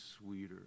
sweeter